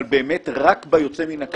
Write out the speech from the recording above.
אבל רק ביוצא מן הכלל.